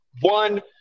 One